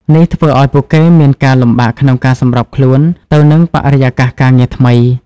នេះធ្វើឱ្យពួកគេមានការលំបាកក្នុងការសម្របខ្លួនទៅនឹងបរិយាកាសការងារថ្មី។